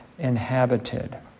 Inhabited